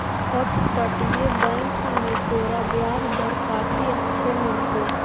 अपतटीय बैंक में तोरा ब्याज दर काफी अच्छे मिलतो